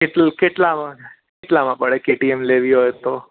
કેટલું કેટલામાં કેટલામાં પડે કેટીએમ લેવી હોય તો